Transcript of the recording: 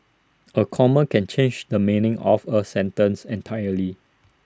A comma can change the meaning of A sentence entirely